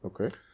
Okay